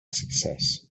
success